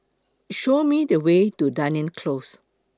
Show Me The Way to Dunearn Close